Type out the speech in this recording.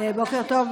בוקר טוב,